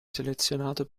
selezionato